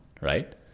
right